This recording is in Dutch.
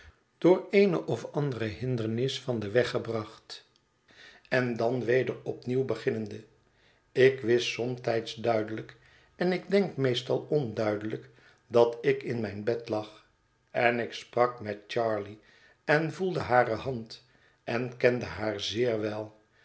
door eene of andere hindernis van het verlaten huis den weg gebracht en dan weder opnieuw beginnende ik wist somtijds duidelijk en ik denk meestal onduidelijk dat ik in mijn bed lag en ik sprak met charley en voelde hare hand en kende haar zeer wel